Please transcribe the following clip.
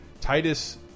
Titus